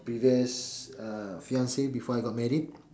previous uh fiancee before I got married